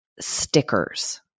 stickers